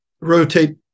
rotate